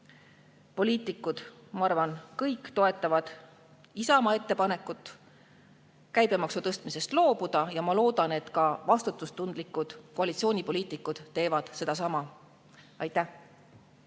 ma arvan, kõik toetavad Isamaa ettepanekut käibemaksu tõstmisest loobuda. Ma loodan, et ka vastutustundlikud koalitsioonipoliitikud teevad sedasama. Aitäh!